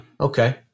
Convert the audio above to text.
Okay